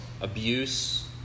abuse